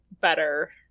better